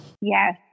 Yes